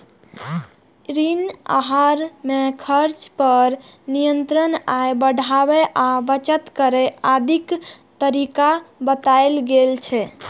ऋण आहार मे खर्च पर नियंत्रण, आय बढ़ाबै आ बचत करै आदिक तरीका बतायल गेल छै